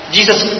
Jesus